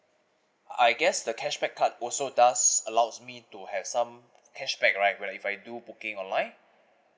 I guess the cashback card also does allows me to have some cashback right what if I do booking online